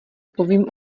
povím